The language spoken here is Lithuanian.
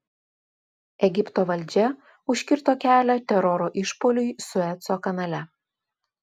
egipto valdžia užkirto kelią teroro išpuoliui sueco kanale